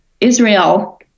Israel